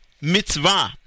mitzvah